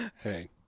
Hey